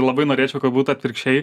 labai norėčiau kad būtų atvirkščiai